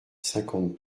cinquante